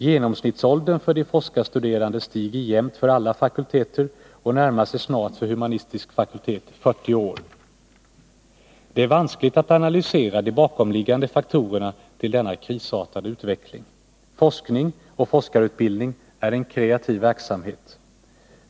Genomsnittsåldern för de forskarstuderande stiger jämnt för alla fakulteter och närmar sig snart för humanistisk fakultet 40 år. Det är vanskligt att analysera de bakomliggande faktorerna när det gäller denna krisartade utveckling. Forskning och forskarutbildning är en kreativ verksamhet.